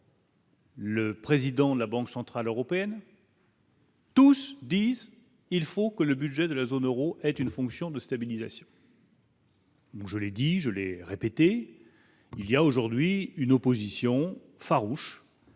Le président de la Banque centrale européenne. Tous disent : il faut que le budget de la zone Euro est une fonction de stabilisation. Moi, je l'ai dit, je l'ai répété il y a aujourd'hui une opposition farouche